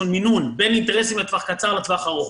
מינון בין אינטרסים לטווח קצר ולטווח הארוך.